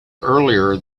earlier